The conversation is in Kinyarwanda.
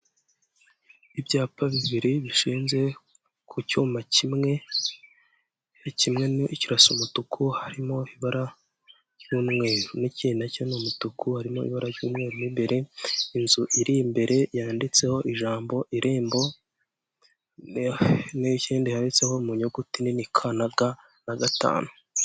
Ibyapa bibiri bishinze ku cyuma kimwe ya kimwe, kimwe kirasa umutuku harimo ibara ry'umweru n'ikindi na cyo ni umutuku, harimo ibara ry'umweru, imbere inzu iri imbere yanditseho ijambo irembo n'ikindi handitseho mu nyuguti nini ka na ga na gatanu.